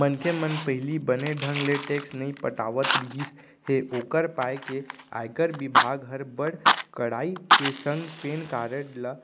मनखे मन पहिली बने ढंग ले टेक्स नइ पटात रिहिस हे ओकर पाय के आयकर बिभाग हर बड़ कड़ाई के संग पेन कारड ल